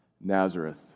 Nazareth